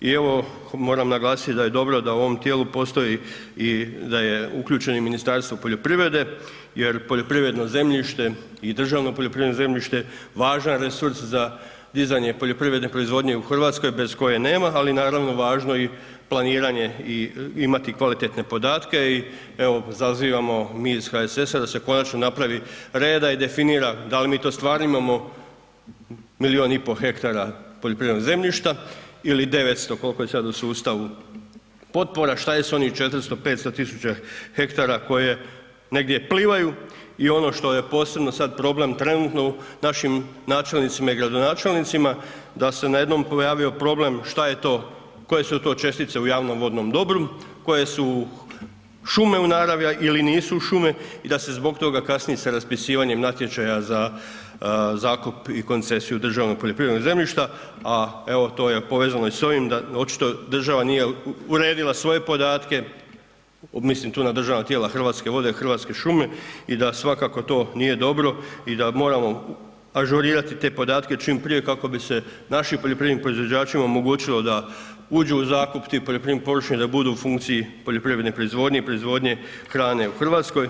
I evo moram naglasiti da je dobro da u ovom tijelu postoji i da je uključeno i Ministarstvo poljoprivrede jer poljoprivredno zemljište i državno poljoprivredno zemljište važan je resurs za dizanje poljoprivredne proizvodnje u Hrvatskoj bez koje nema ali naravno važno je i planiranje i imati kvalitetne podatke i evo zazivamo mi iz HSS-a da se konačno napravi reda i definira da li mi to stvarno imamo milijun i pol ha poljoprivrednog zemljišta ili 900 koliko je sad u sustavu potpora, šta je s onih 400, 500 000 ha koje negdje plivaju i ono što je posebno sad problem trenutno našim načelnicima i gradonačelnicima, da se najednom pojavio problem šta je to, koje su to čestice u javnom vodnom dobru, koje su šume u naravi ili nisu šume i da se zbog toga kasni sa raspisivanjem natječaja za zakup i koncesiju državnog poljoprivrednog zemljišta a evo to je povezano i sa ovim da očito država nije uredila svoje podatke, mislim tu na državna tijela Hrvatske vode, Hrvatske šume i da svakako to nije dobro i da moramo ažurirati te podatke čim prije kako bi se našim poljoprivrednim proizvođačima omogućilo da uđu u zakup te poljoprivredne površine da budu u funkciji poljoprivredne proizvodne i proizvodne hrane u Hrvatskoj.